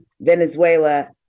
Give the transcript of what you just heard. Venezuela